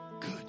good